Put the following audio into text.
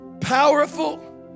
powerful